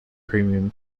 premium